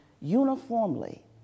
uniformly